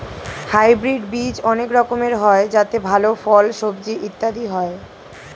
hybrid বীজ অনেক রকমের হয় যাতে ভালো ফল, সবজি ইত্যাদি হয়